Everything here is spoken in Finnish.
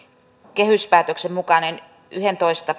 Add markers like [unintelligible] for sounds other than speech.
kehyspäätöksen mukainen yhdentoista [unintelligible]